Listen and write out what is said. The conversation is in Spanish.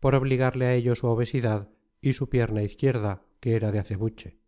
por obligarle a ello su obesidad y su pierna izquierda que era de acebuche